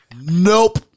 Nope